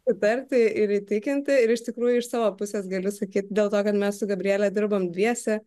patarti ir įtikinti ir iš tikrųjų iš savo pusės galiu sakyt dėl to kad mes su gabriele dirbam dviese